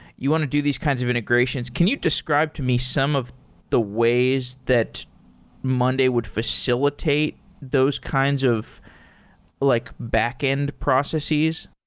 you want to do these kinds of integrations. can you describe to me some of the ways that monday would facilitate those kinds of like backend processes?